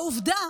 בעובדה